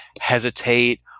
hesitate